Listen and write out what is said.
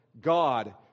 God